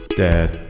dad